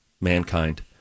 mankind